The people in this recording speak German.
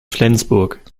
flensburg